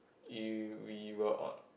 you we were on